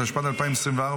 התשפ"ד 2024,